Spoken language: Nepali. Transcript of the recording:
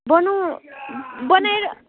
बनाउँ बनाएर